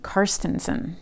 Karstensen